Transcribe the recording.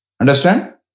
Understand